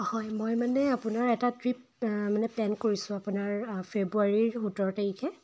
হয় মই মানে আপোনাৰ এটা ট্ৰিপ মানে প্লেন কৰিছোঁ আপোনাৰ ফেব্ৰুৱাৰীৰ সোতৰ তাৰিখে